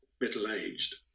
middle-aged